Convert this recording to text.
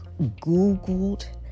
Googled